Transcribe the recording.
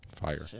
Fire